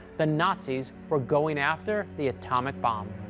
the nazis were going after the atomic bomb.